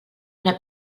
una